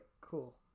Cool